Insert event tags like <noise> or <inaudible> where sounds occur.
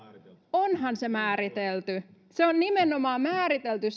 onhan se määritelty se on nimenomaan määritelty <unintelligible>